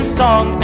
song